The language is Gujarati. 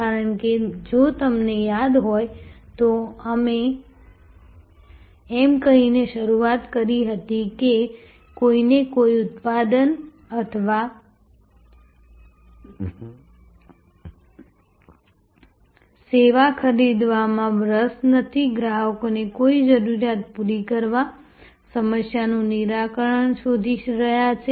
કારણ કે જો તમને યાદ હોય તો અમે એમ કહીને શરૂઆત કરી હતી કે કોઈને કોઈ ઉત્પાદન અથવા સેવા ખરીદવામાં રસ નથી ગ્રાહકો કોઈ જરૂરિયાત પૂરી કરવા સમસ્યાનું નિરાકરણ શોધી રહ્યા છે